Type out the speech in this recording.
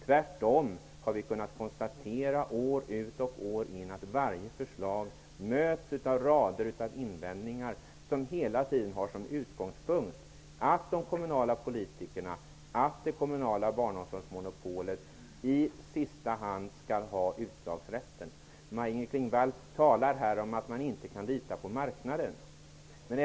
Tvärtom har vi år ut och år in kunnat konstatera att varje förslag har mötts av rader av invändningar. Dessa invändningar har hela tiden haft som utgångspunkt att de kommunala politikerna och det kommunala barnomsorgsmonopolet i sista hand skall ha utslagsrätten. Maj-Inger Klingvall talar här om att man inte kan lita på marknaden.